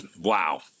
Wow